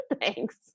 Thanks